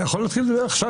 אתה יכול להתחיל לדבר עכשיו.